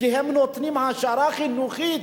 כי הם נותנים העשרה חינוכית,